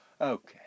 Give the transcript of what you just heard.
Okay